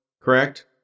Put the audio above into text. Correct